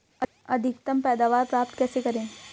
अधिकतम पैदावार प्राप्त कैसे करें?